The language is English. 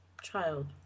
Child